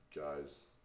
guys